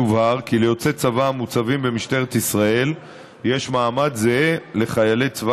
יובהר כי ליוצאי צבא המוצבים במשטרת ישראל יש מעמד זהה לחיילי צבא